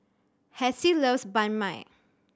Hassie loves Banh Mi